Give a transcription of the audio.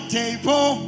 table